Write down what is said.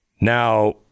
Now